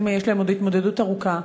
שיש להם עוד התמודדות ארוכה.